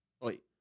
Wait